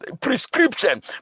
prescription